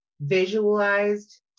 visualized